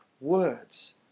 words